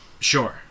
Sure